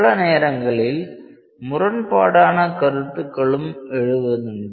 பல நேரங்களில் முரண்பாடான கருத்துகளும் எழுவதுண்டு